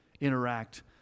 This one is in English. interact